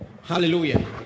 Hallelujah